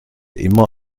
immer